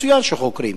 מצוין שחוקרים,